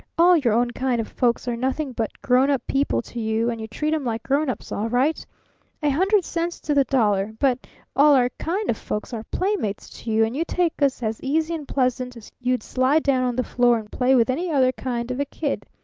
all your own kind of folks are nothing but grown-up people to you, and you treat em like grown-ups all right a hundred cents to the dollar but all our kind of folks are playmates to you, and you take us as easy and pleasant as you'd slide down on the floor and play with any other kind of a kid.